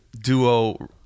duo